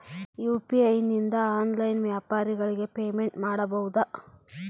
UPI ನಿಂದ online ವ್ಯಾಪಾರಗಳಿಗೆ payment ಮಾಡಬಹುದಾ?